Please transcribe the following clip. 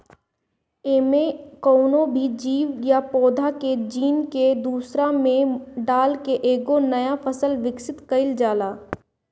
एमे कवनो भी जीव या पौधा के जीन के दूसरा में डाल के एगो नया फसल विकसित कईल जाला